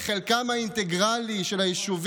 למה אתה לא אומר "ביהודה ושומרון"?